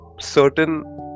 certain